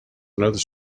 another